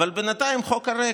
אבל ביניים חוק על ריק.